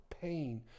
pain